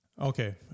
okay